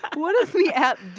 what does the app do?